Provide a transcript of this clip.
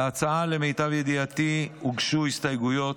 למיטב ידיעתי הוגשו הסתייגות להצעה.